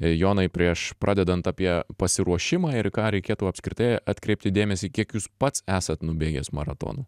jonai prieš pradedant apie pasiruošimą ir į ką reikėtų apskritai atkreipti dėmesį kiek jūs pats esat nubėgęs maratonų